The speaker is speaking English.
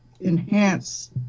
enhance